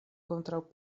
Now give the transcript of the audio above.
kontraŭ